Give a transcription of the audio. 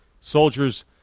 soldiers